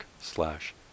slash